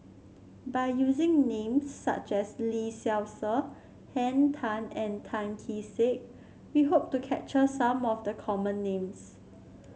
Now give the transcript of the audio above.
by using names such as Lee Seow Ser Henn Tan and Tan Kee Sek we hope to capture some of the common names